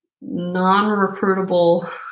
non-recruitable